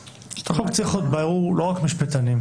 החוק צריך להיות ברור לא רק למשפטנים,